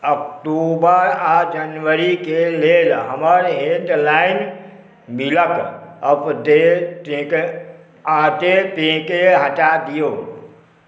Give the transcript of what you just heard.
अक्टूबर आओर जनवरीके लेल हमर लैण्डलाइन बिलके अपडेट ऑटेपेके हटा दिऔ